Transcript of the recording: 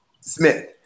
Smith